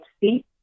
see